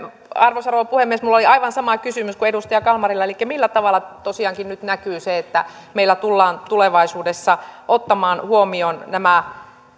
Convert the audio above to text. arvoisa rouva puhemies minulla oli aivan sama kysymys kuin edustaja kalmarilla elikkä millä tavalla tosiaankin nyt näkyy se että meillä tullaan tulevaisuudessa ottamaan huomioon nämä